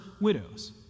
widows